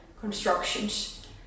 constructions